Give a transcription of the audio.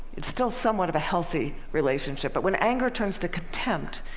it's still somewhat of a healthy relationship. but when anger turns to contempt,